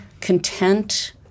content